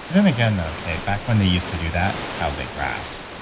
and again, though, cate, back when they used to do that, cows eat grass.